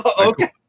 Okay